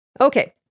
Okay